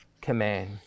command